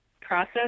process